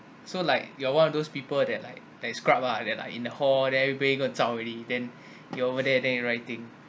so like you're one of those people that like like scrub ah then like in the hall there everyone's gone out already then you over there then you writing